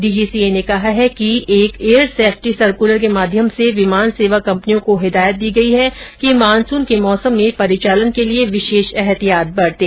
DGCA ने कहा कि एक एयर सेफ्टी सर्कलर के माध्यम से विमान सेवा कंपनियों को हिदायत दी गयी है कि मानसून के मौसम में परिचालन के लिए विशेष एहतियात बरतें